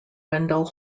wendell